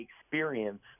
experience